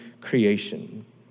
creation